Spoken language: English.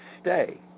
stay